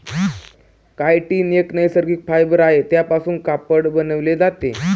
chitin एक नैसर्गिक fibre आहे त्यापासून कापड बनवले जाते